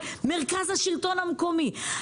מרכז השלטון המקומי.